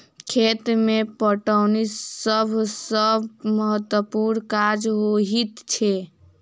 खेती मे पटौनी सभ सॅ महत्त्वपूर्ण काज होइत छै